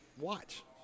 watch